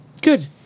Good